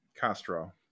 Castro